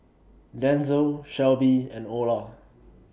Denzel Shelbie and Olar